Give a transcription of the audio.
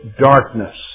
darkness